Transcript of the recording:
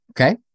Okay